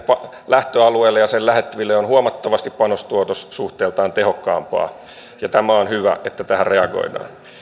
lähtöalueelle ja sen lähettyville on panos tuotos suhteeltaan huomattavasti tehokkaampaa ja on hyvä että tähän reagoidaan